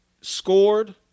scored